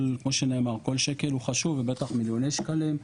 כמו שנאמר כל שקל הוא חשוב ובטח מיליוני שקלים.